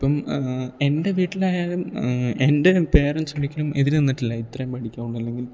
ഇപ്പം എൻ്റെ വീട്ടിലായാലും എൻ്റെ പേരെൻസ് ഒരിക്കലും എതിര് നിന്നിട്ടില്ല ഇത്ര പഠിക്കാവുള്ളൂ അല്ലെങ്കിൽ